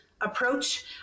approach